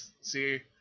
see